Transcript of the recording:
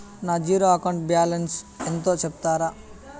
నా zero account balance ఎంతో సెప్తారా?